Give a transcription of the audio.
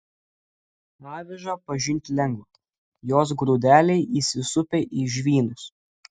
avižą pažinti lengva jos grūdeliai įsisupę į žvynus